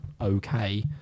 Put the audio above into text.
okay